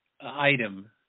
item